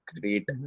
great